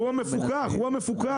הוא המפוקח.